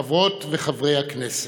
חברות וחברי הכנסת,